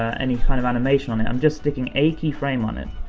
ah any kind of animation on it, i'm just sticking a keyframe on it.